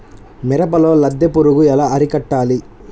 మిరపలో లద్దె పురుగు ఎలా అరికట్టాలి?